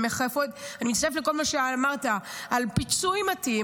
אני מצטרפת לכל מה שאמרת על פיצוי מתאים.